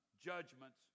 Judgments